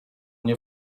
nie